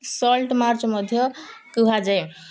salt march ମଧ୍ୟ କୁହାଯାଏ